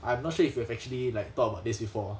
I'm not sure if you've actually like talk about this before